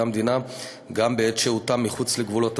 המדינה גם בעת שהותם מחוץ לגבולות המדינה,